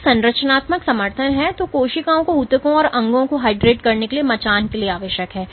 तो यह संरचनात्मक समर्थन है जो कोशिकाओं को ऊतकों और अंगों को हाइड्रेट करने के लिए मचान के लिए आवश्यक है